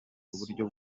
uburyo